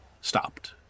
stopped